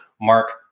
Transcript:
Mark